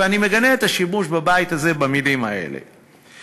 ואני מגנה את השימוש במילים האלה בבית הזה,